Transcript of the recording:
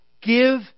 give